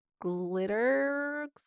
glitter